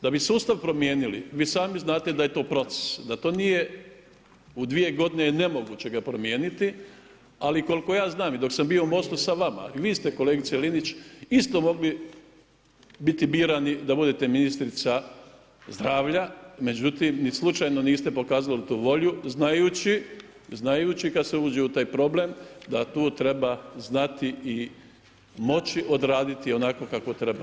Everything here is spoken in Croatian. Da bi sustav promijenili, vi sami znate da je to proces, da to nije u 2 g. je nemoguće ga promijeniti ali koliko ja znam i dok sam bio u MOST-u sa vama, i vi ste kolegice Linić, isto mogli biti birani da budete ministrica zdravlja, međutim, ni slučajno niste pokazali tu volju znajući kad se uđe u taj problem, da tu treba znati i moći odraditi onako kako treba.